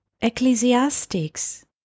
Ecclesiastics